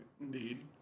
Indeed